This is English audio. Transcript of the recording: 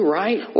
right